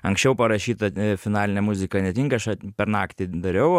anksčiau parašyta finalinė muzika netinka aš per naktį dariau